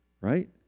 right